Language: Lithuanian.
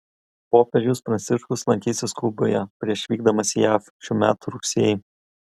popiežius pranciškus lankysis kuboje prieš vykdamas į jav šių metų rugsėjį